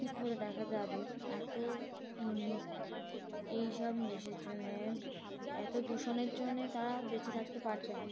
কী করে দেখা যাবে এত এইসব দেশের জন্যে এত দূষণের জন্যে তারা বেঁচে থাকতে পারছে না